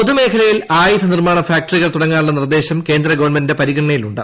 പൊതുമേഖലയിൽ ആയുധനിർമ്മാണ ഫാക്ടറികൾ തുടങ്ങാനുള്ള നിർദ്ദേശം കേന്ദ്രഗവൺമെന്റിന്റെ പരിഗണനയിലുണ്ട്